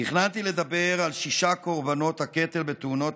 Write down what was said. תכננתי לדבר על שישה קורבנות הקטל בתאונות